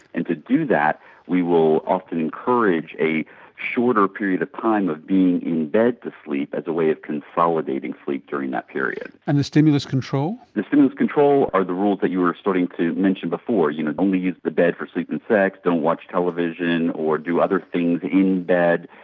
and to do that we will often encourage a shorter period of time of being in bed to sleep as a way of consolidating sleep during that period. and the stimulus control? the stimulus control are the rules that you were starting to mention before, you know, only use the bed for sleep and sex, don't watch television or do other things in bed,